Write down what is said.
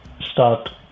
start